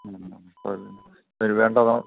അതേ ഇനി വേണ്ടതോ